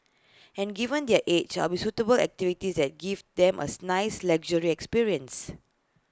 and given their age I'll suitable activities that give them as nice leisurely experience